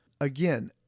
Again